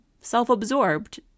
self-absorbed